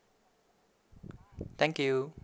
thank you